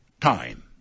time